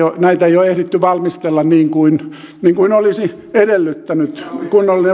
ole ehditty valmistella niin kuin kunnollinen valmistelu olisi edellyttänyt